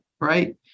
right